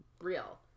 real